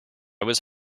was